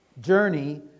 journey